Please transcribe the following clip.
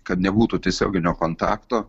kad nebūtų tiesioginio kontakto